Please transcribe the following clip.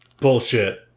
Bullshit